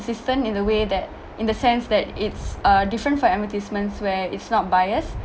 consistent in a way that in the sense that it's a different for advertisements where it's not biased